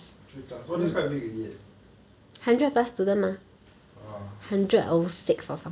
three class !wah! that's quite big already leh ah